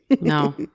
No